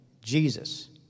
Jesus